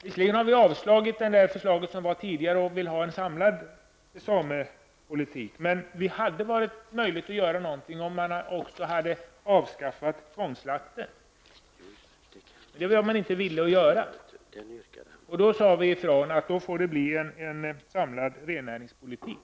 Visserligen har vi avstyrkt det tidigare förslaget om en samlad samepolitik. Men det hade varit möjligt att göra något om tvångsslakten hade avskaffats. Men det var man inte villig att göra. Då sade vi ifrån att det måste bli en samlad rennäringspolitik.